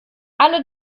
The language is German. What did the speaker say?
alle